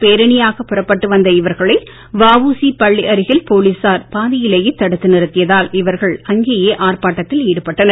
பேரணியாக புறப்பட்டு வந்த இவர்களை வஉசி பள்ளி அருகில் போலீசார் பாதியிலேயே தடுத்து நிறுத்தியதால் இவர்கள் அங்கேயே ஆர்ப்பாட்டத்தில் ஈடுபட்டனர்